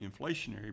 inflationary